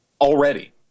Already